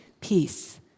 peace